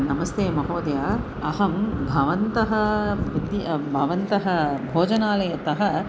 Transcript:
नमस्ते महोदय अहं भवन्तः इति भवन्तः भोजनालयतः